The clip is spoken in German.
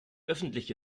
öffentliche